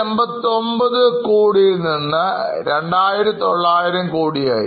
989 crore നിന്ന് 2900 crore യായി